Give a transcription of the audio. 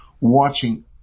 watching